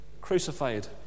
crucified